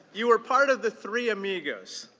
you are part of the three amigos,